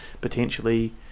potentially